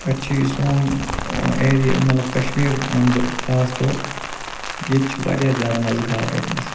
پٮ۪ٹھہٕ چھُ یہِ سون ٲں ایریا مطلب کشمیٖر وَنہِ بہٕ خاص طور ییٚتہِ چھُ واریاہ زیادٕ مزٕ گاڑٕ رٹنس